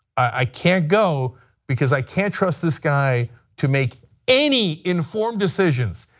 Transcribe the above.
i can't go because i can't trust this guy to make any informed decisions,